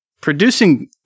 Producing